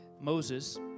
Moses